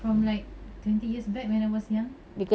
from like twenty years back when I was young